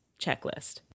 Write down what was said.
checklist